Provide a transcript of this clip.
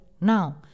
Now